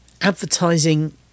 advertising